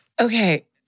Okay